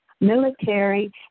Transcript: military